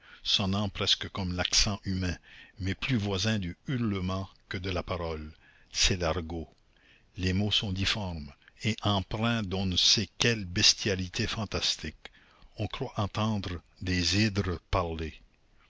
sonnant presque comme l'accent humain mais plus voisin du hurlement que de la parole c'est l'argot les mots sont difformes et empreints d'on ne sait quelle bestialité fantastique on croit entendre des hydres parler